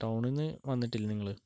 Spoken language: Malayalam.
ടൗണിൽനിന്നു വന്നിട്ടില്ലേ നിങ്ങൾ